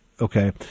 Okay